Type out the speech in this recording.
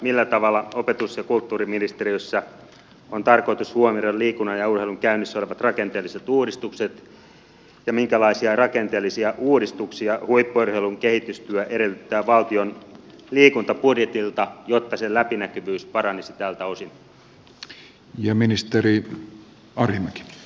millä tavalla opetus ja kulttuuriministeriössä on tarkoitus huomioida liikunnan ja urheilun käynnissä olevat rakenteelliset uudistukset ja minkälaisia rakenteellisia uudistuksia huippu urheilun kehitystyö edellyttää valtion liikuntabudjetilta jotta sen läpinäkyvyys paranisi tältä osin